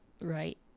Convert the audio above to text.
right